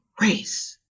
race